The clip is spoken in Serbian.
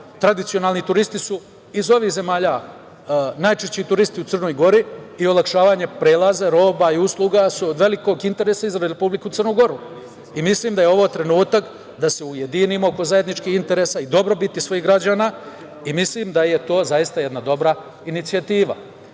tradicionalni turisti su iz ovih zemalja. Najčešći turisti u Crnoj Gori i olakšavanje prelaza, roba i usluga su od velikog interesa i za Republiku Crnu Goru i mislim da je ovo trenutak da se ujedinimo oko zajedničkih interesa i dobrobiti svojih građana i mislim da je to zaista jedna dobra inicijativa.